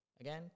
Again